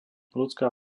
ľudská